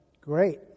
Great